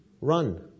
run